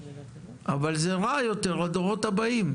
אבל זה רע יותר לדורות הבאים.